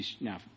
Now